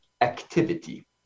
activity